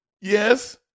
Yes